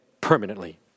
permanently